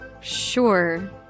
Sure